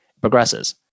progresses